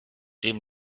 dem